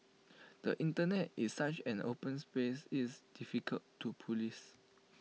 the Internet is such an open space it's difficult to Police